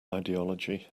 ideology